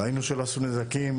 ראינו שלא עשו נזקים,